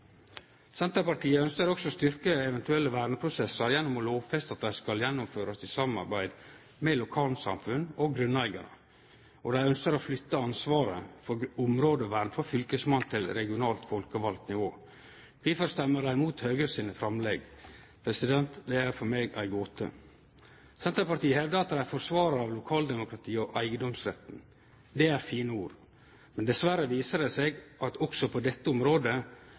Senterpartiet ønskjer også å styrkje eventuelle verneprosessar gjennom å lovfeste at dei skal gjennomførast i samarbeid med lokalsamfunn og grunneigarar, og dei ønskjer å flytte ansvaret for områdevern frå fylkesmannen til regionalt folkevalt nivå. Kvifor stemmer dei imot Høgre sine framlegg? Det er for meg ei gåte. Senterpartiet hevdar at dei er forsvararar av lokaldemokratiet og eigedomsretten. Det er fine ord, men dessverre viser det seg at også på dette området